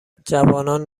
جوانان